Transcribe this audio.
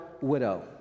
widow